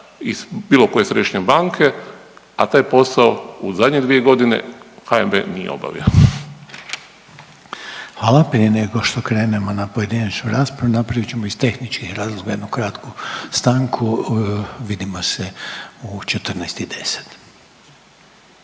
bilo koje središnje banke, a taj posao u zadnje dvije godine HNB nije obavio. **Reiner, Željko (HDZ)** Hvala. Prije nego što krenemo na pojedinačnu raspravu napravit ćemo iz tehničkih razloga jednu kratku stanku. Vidimo se u 14,10.